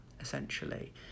essentially